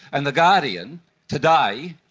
and the guardian today,